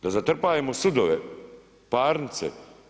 Da zatrpavamo sudove, parnice.